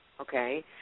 okay